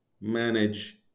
manage